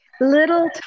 Little